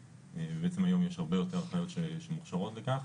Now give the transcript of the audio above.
ובעצם היום יש הרבה יותר אחיות שמוכשרות לכך.